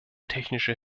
technische